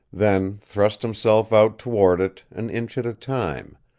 then thrust himself out toward it an inch at a time,